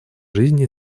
жизни